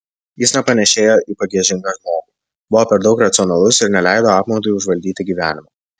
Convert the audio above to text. jis nepanėšėjo į pagiežingą žmogų buvo per daug racionalus ir neleido apmaudui užvaldyti gyvenimo